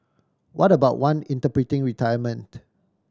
what about one interpreting retirement